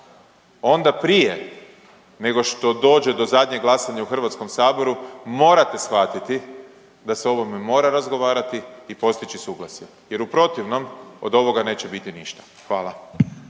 onda prije nego što dođe do zadnjeg glasanja u HS morate shvatiti da se o ovome mora razgovarati i postići suglasje jer u protivnom od ovoga neće biti ništa, hvala.